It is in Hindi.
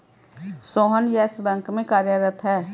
सोहन येस बैंक में कार्यरत है